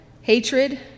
hatred